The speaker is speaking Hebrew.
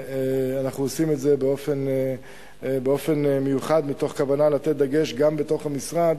ואנחנו עושים את זה באופן מיוחד מתוך כוונה לתת דגש גם בתוך המשרד